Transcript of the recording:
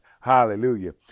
hallelujah